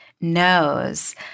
knows